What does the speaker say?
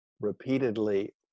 repeatedly